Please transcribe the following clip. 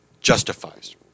justifies